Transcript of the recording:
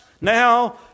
now